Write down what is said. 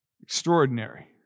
Extraordinary